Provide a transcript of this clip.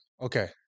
Okay